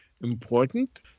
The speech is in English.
important